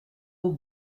aux